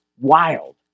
wild